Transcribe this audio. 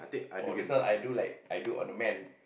oh this one I do like I do on a man